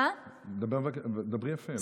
דברי יפה.